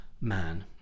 man